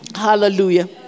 hallelujah